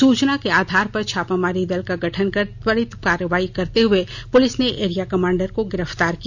सूचना के आधार पर छापामारी दल का गठन कर त्वरित कार्रवाई करते हुए पुलिस ने एरिया कमांडर को गिरफ्तार किया